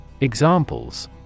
Examples